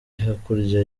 hakurya